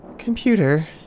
Computer